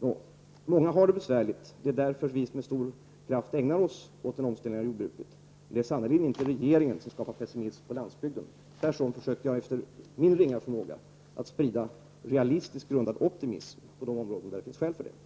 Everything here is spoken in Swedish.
Många jordbrukare har det besvärligt. Det är därför som vi med stor kraft ägnar oss åt en omställning av jordbruket. Det är sannerligen inte regeringen som skapar pessimism på landsbygden. Tvärtom försöker jag efter min ringa förmåga att sprida en på realism grundad optimism på de områden där det finns skäl för detta.